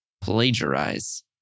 plagiarize